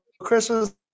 Christmas